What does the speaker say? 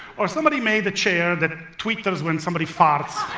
or somebody made a chair that twitters when somebody farts.